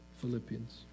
Philippians